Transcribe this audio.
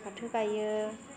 फाथो गायो